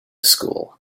school